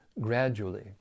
gradually